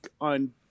on